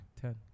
Ten